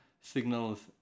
signals